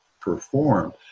perform